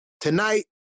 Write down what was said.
tonight